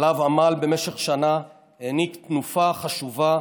שעליו עמל במשך שנה, העניק תנופה חשובה